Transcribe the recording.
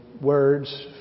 words